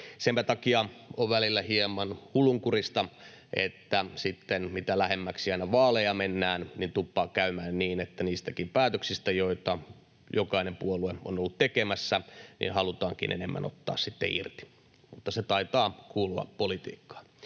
Senpä takia on välillä hieman hullunkurista, että sitten, mitä lähemmäksi aina vaaleja mennään, tuppaa käymään niin, että niistäkin päätöksistä, joita jokainen puolue on ollut tekemässä, halutaankin enemmän ottaa sitten irti. Mutta se taitaa kuulua politiikkaan.